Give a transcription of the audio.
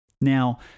Now